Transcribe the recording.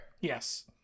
Yes